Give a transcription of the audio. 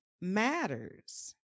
matters